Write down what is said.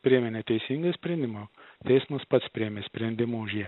priėmė neteisingą sprendimą teismas pats priėmė sprendimą už ją